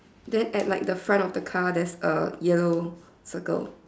then at like the front of the car there's a yellow circle